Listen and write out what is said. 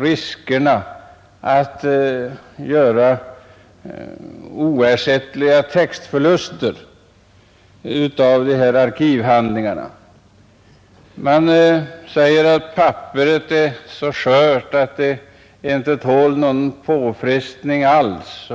riskerna för oersättliga textförluster i arkivhandlingar. Det sägs att papperet är så skört att det inte tål någon påfrestning alls.